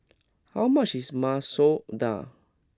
how much is Masoor Dal